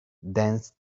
danced